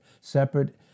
Separate